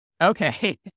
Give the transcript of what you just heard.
Okay